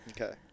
Okay